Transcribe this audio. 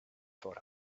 for